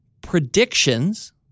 predictions